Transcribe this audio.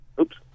Oops